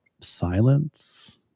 silence